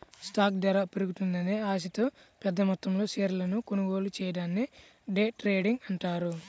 stock ధర పెరుగుతుందనే ఆశతో పెద్దమొత్తంలో షేర్లను కొనుగోలు చెయ్యడాన్ని డే ట్రేడింగ్ అంటారు